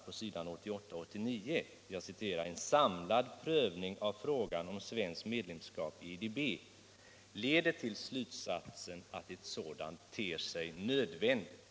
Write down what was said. På s. 88 — 89 står det att en samlad prövning av frågan om svenskt medlemskap i IDB leder till slutsatsen att ett sådant ter sig nödvändigt.